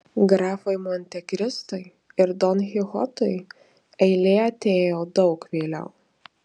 grafui montekristui ir don kichotui eilė atėjo daug vėliau